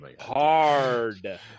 Hard